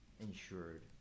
insured